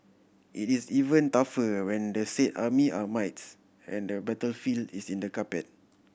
it is even tougher when the said army are mites and the battlefield is in the carpet